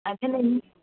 అదేలే